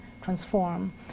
transform